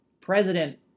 president